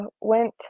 went